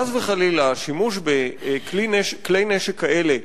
חס וחלילה, שימוש בכלי נשק כאלה